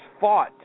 fought